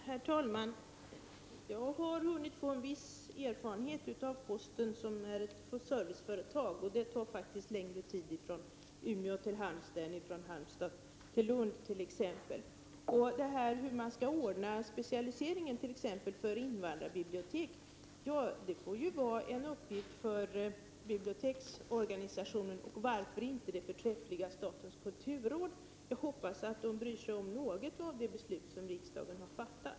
Herr talman! Jag har hunnit få en viss erfarenhet av posten, som är ett serviceföretag. Det tar faktiskt längre tid för försändelser mellan Umeå och Halmstad än mellan Halmstad och Lund. Hur specialiseringen för invandrarbiblioteken skall ordnas får vara en uppgift för biblioteksorganisationen, eller varför inte det förträffliga statens kulturråd. Jag hoppas att man i någon utsträckning bryr sig om det beslut som riksdagen har fattat.